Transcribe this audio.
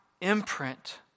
imprint